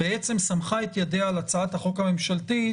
בעצם סמכה את ידיה על הצעת החוק הממשלתית,